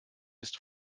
ist